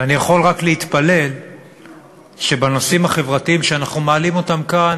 ואני יכול רק להתפלל שבנושאים החברתיים שאנחנו מעלים כאן,